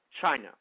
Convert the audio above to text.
China